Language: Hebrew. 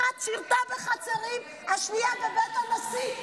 אחת שירתה בחצרים, השנייה, בבית הנשיא.